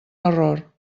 error